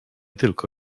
tylko